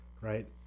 right